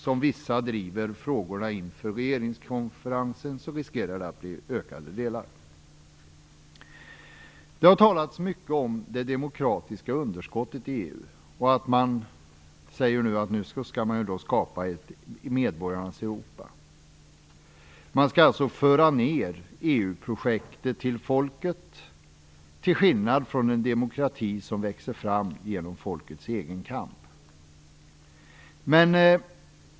Som vissa driver frågorna inför regeringskonferensen riskerar det att bli ökat antal delar. Det har talats mycket om det demokratiska underskottet i EU. Man säger nu att man skall skapa ett medborgarnas Europa. Man skall alltså föra ned EU projektet till folket, till skillnad från en demokrati som växer fram genom folkets egen kamp.